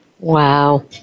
Wow